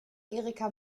erika